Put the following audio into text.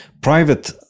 private